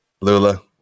Lula